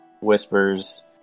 Whispers